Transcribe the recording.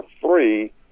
three